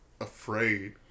afraid